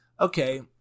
Okay